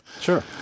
Sure